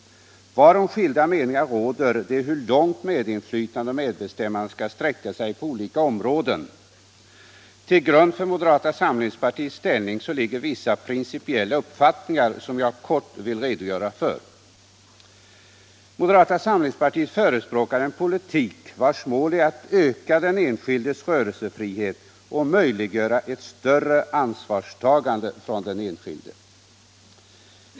Varom skilda meningar råder är hur långt medinflytande och medbestämmande skall sträcka sig på olika områden. Till grund för moderata samlingspartiets ställning ligger vissa principiella uppfattningar, som jag kortfattat vill redogöra för. Moderata samlingspartiet förespråkar en politik, vars mål är att öka den enskildes rörelsefrihet och möjliggöra ett större personligt ansvarstagande.